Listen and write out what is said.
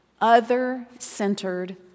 other-centered